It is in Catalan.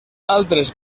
altres